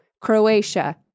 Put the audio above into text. Croatia